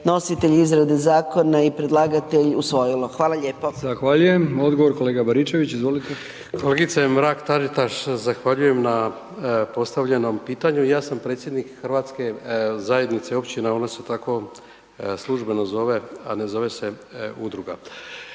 nositelj izrade zakona i predlagatelj usvojilo? Hvala lijepo. **Brkić, Milijan (HDZ)** Zahvaljujem. Odgovor kolega Baričević. **Baričević, Martin (HDZ)** Kolegice Mrak Taritaš zahvaljujem na postavljenom pitanju. Ja sam predsjednik Hrvatske zajednice općina ona se tako službeno zove, a ne zove se udruga.